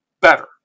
better